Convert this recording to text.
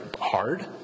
hard